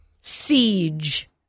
siege